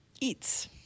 eats